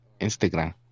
Instagram